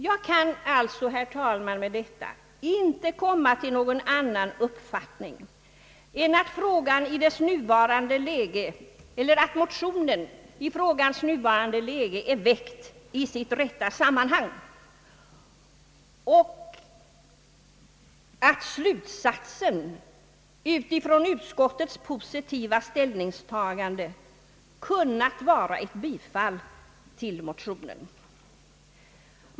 Jag kan inte, herr talman, komma till någon annan uppfattning än att motionen i frågans nuvarande läge är väckt i sitt rätta sammanhang och att slutsatsen utifrån utskottets positiva ställningstagande lika gärna kunnat bli ett bifall till motionen.